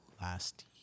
Last